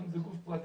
ואם זה גוף פרטי,